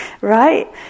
right